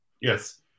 Yes